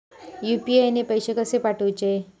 UPI ने पैशे कशे पाठवूचे?